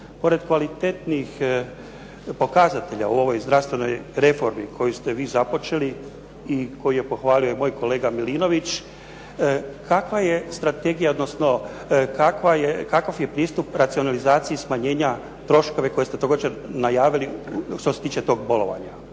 pored kvalitetnih pokazatelja u ovoj zdravstvenoj reformi koju ste vi započeli i koju je pohvalio moj kolega Milinović kakva je strategija odnosno kakav je pristup racionalizaciji smanjenja troškova koje ste također najavili što se tiče tog bolovanja?